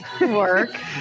Work